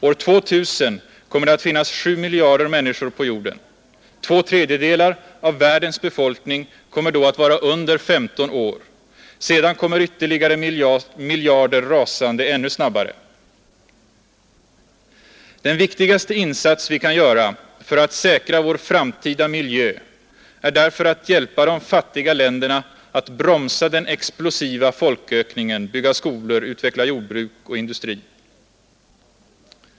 År 2000 kommer det att finnas 7 miljarder människor på jorden. Två tredjedelar av världens befolkning kommer då att vara under 15 år. Sedan kommer ytterligare miljarder rasande ännu snabbare. Den viktigaste insats vi kan göra för att säkra vår framtida miljö är därför att hjälpa de fattiga länderna att bromsa den explosiva folkökningen, bygga skolor, utveckla jordbruk och industri.